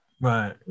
Right